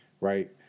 right